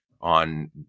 on